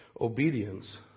obedience